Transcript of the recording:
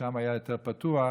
ושם היה יותר פתוח.